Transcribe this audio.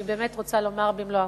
אני רוצה לומר במלוא הרצינות: